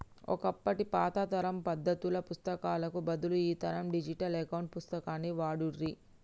ఒకప్పటి పాత తరం పద్దుల పుస్తకాలకు బదులు ఈ తరం డిజిటల్ అకౌంట్ పుస్తకాన్ని వాడుర్రి